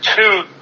two